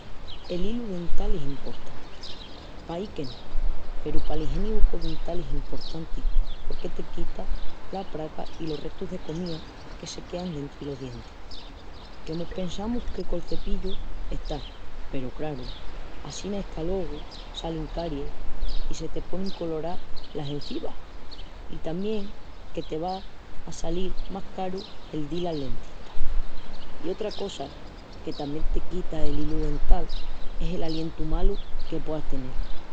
El hilu dental es emportanti. Pahi que no peru pala igieni bucodental es emportanti porque te quita la praca i los restus de comías que se quean dentri los dientis. Que mos pensamus que col cepillu está peru craru assina es qu'alogu salin caries i se te ponin colorás las enzivas i tamién que te va a salil más caru el dil al dientista. I otra cosa que tamién te quita'l hilu dental es el alientu malu que pueas tenel.